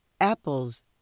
apples